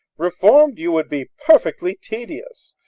reformed, you would be perfectly tedious.